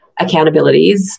accountabilities